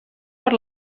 per